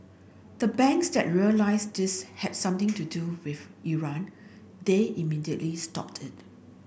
the banks that realised this had something to do with Iran they immediately stopped it